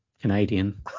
Canadian